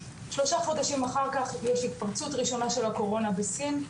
שלושה חודשים אחר כך יש התפרצות ראשונה של הקורונה בסין,